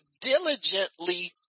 diligently